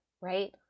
right